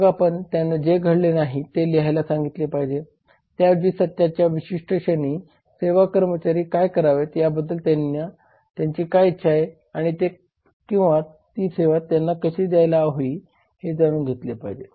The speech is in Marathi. मग आपण त्यांना जे घडले नाही ते लिहायला सांगितले पाहिजे त्याऐवजी सत्याच्या विशिष्ट क्षणी सेवा कर्मचारी काय करावेत याबद्दल त्यांची काय इच्छा आहे आणि तो किंवा ती सेवा त्यांनी कशी दयायला हवी हे जाणून घेतले पाहिजे